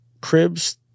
cribs